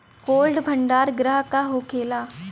Cold भण्डार गृह का होखेला?